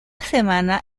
semana